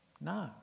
No